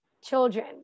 children